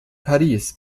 paris